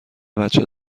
بچه